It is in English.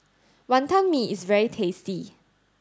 Wantan Mee is very tasty